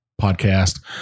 podcast